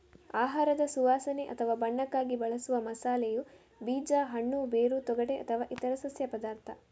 ಆಹಾರದ ಸುವಾಸನೆ ಅಥವಾ ಬಣ್ಣಕ್ಕಾಗಿ ಬಳಸುವ ಮಸಾಲೆಯು ಬೀಜ, ಹಣ್ಣು, ಬೇರು, ತೊಗಟೆ ಅಥವಾ ಇತರ ಸಸ್ಯ ಪದಾರ್ಥ